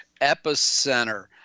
Epicenter